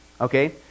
Okay